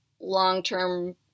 long-term